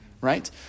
right